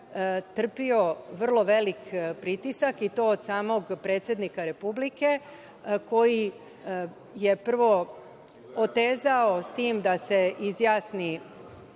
trpeo vrlo velik pritisak i to od samog predsednika Republike, koji je prvo otezao s tim da se izjasni